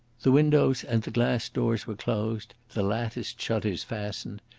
the windows and the glass doors were closed, the latticed shutters fastened.